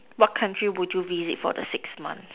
what country would you visit for the six months